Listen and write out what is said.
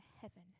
heaven